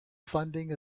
funding